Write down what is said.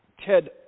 Ted